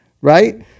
right